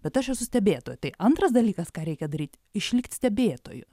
bet aš esu stebėtoja tai antras dalykas ką reikia daryti išlikt stebėtoju